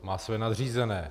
Má svoje nadřízené.